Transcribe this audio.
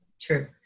True